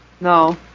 No